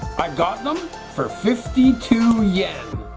i got them for fifty two yen?